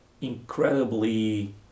incredibly